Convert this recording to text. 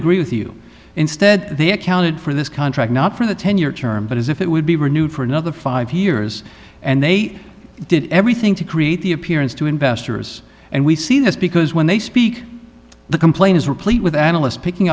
agree with you instead they accounted for this contract not for the ten year term but as if it would be renewed for another five years and they did everything to create the appearance to investors and we see this because when they speak the complain is replete with analysts picking